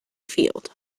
field